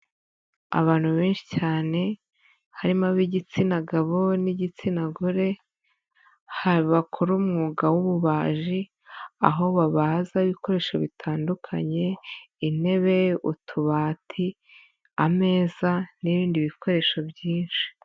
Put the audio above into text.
Abantu benshi cyane harimo ab'igitsina gabo n'igitsina gore, bakora umwuga w'ububaji, aho babaza ibikoresho bitandukanye intebe utubati, ameza n'ibindi bikoresho byinshi.